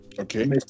Okay